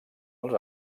els